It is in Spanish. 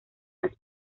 las